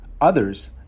others